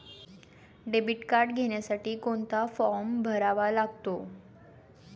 Debit card घेण्यासाठी कोणता form भरावा लागतो?